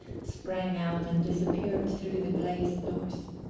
sprang out and disappeared through the glazed doors.